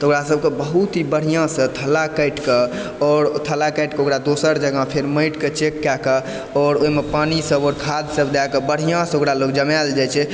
तऽ ओकरा सबके बहुत ही बढ़िऑंसँ थला काटि कऽ आओर थला काटि कऽ ओकरा दोसर जगह फेर माँटिके चेक कए कऽ आओर ओहिमे पानि सब आओर खाद सब दए कऽ बढ़िऑंसँ ओकरा लोक जमाएल जाइ छै